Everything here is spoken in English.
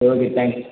okay thanks